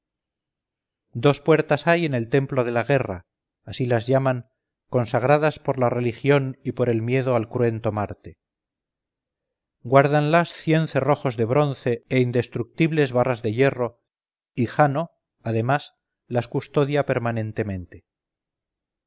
dos puertas hay en el templo de la guerra así las llaman consagradas por la religión y por el miedo al cruento marte guárdanlas cien cerrojos de bronce e indestructibles barras de hierro y jano además las custodia permanentemente